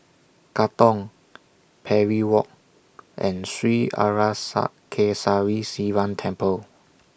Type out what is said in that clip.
Katong Parry Walk and Sri Arasakesari Sivan Temple